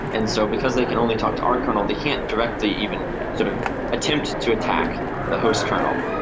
and so, because they can only talk to our kernel, they can't directly even sort of attempt to attack the host kernel.